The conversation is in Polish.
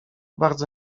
bardzo